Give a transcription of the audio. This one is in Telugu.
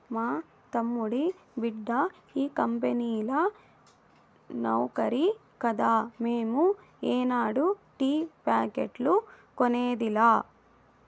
మా తమ్ముడి బిడ్డ ఈ కంపెనీల నౌకరి కదా మేము ఏనాడు టీ ప్యాకెట్లు కొనేదిలా